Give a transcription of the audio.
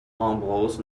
ambrose